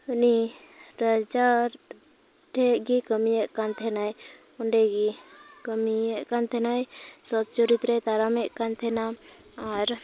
ᱩᱱᱤ ᱨᱟᱡᱟ ᱴᱷᱮᱡ ᱜᱮᱭ ᱠᱟᱹᱢᱤᱭᱮᱫ ᱠᱟᱱ ᱛᱟᱦᱮᱱᱟᱭ ᱚᱸᱰᱮ ᱜᱮ ᱠᱟᱹᱢᱤᱭᱮᱫ ᱠᱟᱱ ᱛᱟᱦᱮᱱᱟᱭ ᱥᱚᱛ ᱪᱚᱨᱤᱛ ᱨᱮᱭ ᱛᱟᱲᱟᱢᱮᱫ ᱠᱟᱱ ᱛᱟᱦᱮᱱᱟᱭ ᱟᱨ